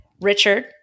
Richard